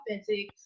authentic